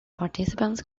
participants